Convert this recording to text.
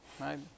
right